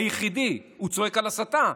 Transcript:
היחיד, הוא צועק על הסתה.